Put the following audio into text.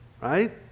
right